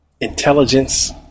intelligence